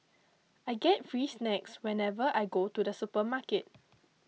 I get free snacks whenever I go to the supermarket